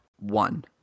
One